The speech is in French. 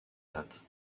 date